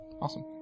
awesome